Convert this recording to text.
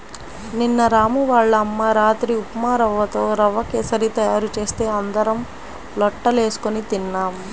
నిన్న రాము వాళ్ళ అమ్మ రాత్రి ఉప్మారవ్వతో రవ్వ కేశరి తయారు చేస్తే అందరం లొట్టలేస్కొని తిన్నాం